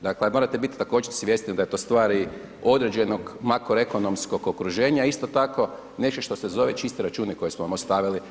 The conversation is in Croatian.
Dakle, morate također biti svjesni da je to stvar i određenog makroekonomskog okruženja, a isto tako nešto što se zove čisti računi koje smo vam ostavili.